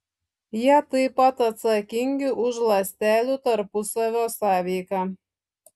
jie taip pat atsakingi už ląstelių tarpusavio sąveiką